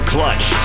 Clutch